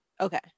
Okay